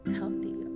healthy